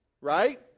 Right